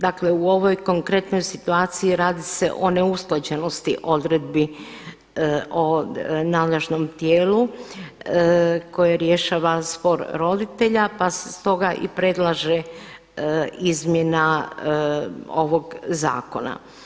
Dakle u ovoj konkretnoj situaciji radi se o neusklađenosti odredbi o nadležnom tijelu koje rješava spor roditelja, pa se stoga i predlaže izmjena ovog zakona.